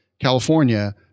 California